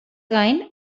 gain